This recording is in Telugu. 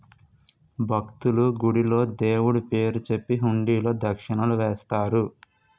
భక్తులు, గుడిలో దేవుడు పేరు చెప్పి హుండీలో దక్షిణలు వేస్తారు